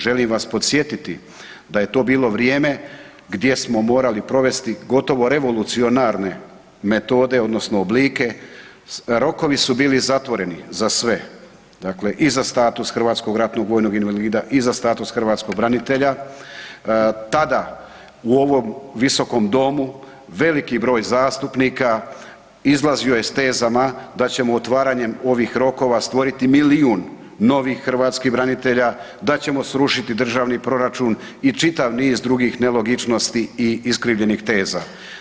Želim vas podsjetiti da je to bilo vrijeme gdje smo morali provesti gotovo revolucionarne metode odnosno oblike, rokovi su bili zatvoreni za sve, dakle i za status HRVI-a i za status hrvatskog branitelja, tada u ovom Visokom domu, veliki broj zastupnika izlazio je s tezama da ćemo otvaranjem ovih rokova, stvoriti milijun novih hrvatskih branitelja, da ćemo srušiti državni proračun i čitav niz drugih nelogičnosti i iskrivljenih teza.